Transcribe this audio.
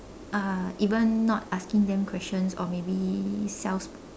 uh even not asking them questions or maybe self